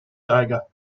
dagger